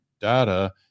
data